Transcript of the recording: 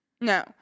No